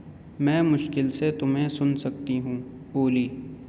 میں مشکل سے تمہیں سن سکتی ہوں اولی